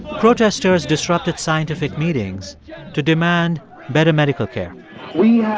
protesters disrupted scientific meetings to demand better medical care we